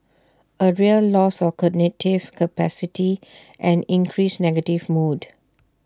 A real loss of cognitive capacity and increased negative mood